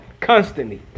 constantly